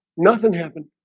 nothing happened